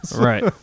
Right